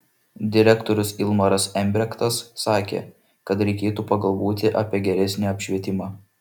direktorius ilmaras embrektas sakė kad reikėtų pagalvoti apie geresnį apšvietimą